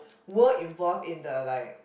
were involved in the like